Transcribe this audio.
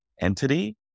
entity